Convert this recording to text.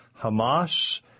Hamas